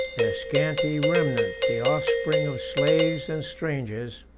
their scanty remnant, the offspring of slaves and strangers,